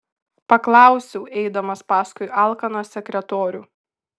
paklausiau eidamas paskui alkaną sekretorių